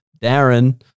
darren